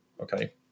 okay